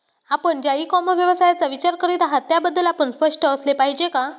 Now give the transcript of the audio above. आपण ज्या e commerce व्यवसायाचा विचार करीत आहात त्याबद्दल आपण स्पष्ट असले पाहिजे का?